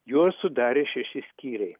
juos sudarė šeši skyriai